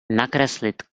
nakreslit